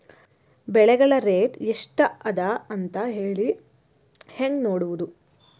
ಬೆಳೆಗಳ ರೇಟ್ ಎಷ್ಟ ಅದ ಅಂತ ಹೇಳಿ ಹೆಂಗ್ ನೋಡುವುದು?